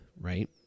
right